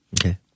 Okay